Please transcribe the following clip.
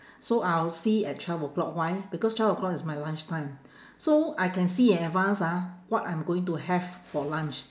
so I will see at twelve o'clock why because twelve o'clock is my lunch time so I can see in advance ah what I'm going to have for lunch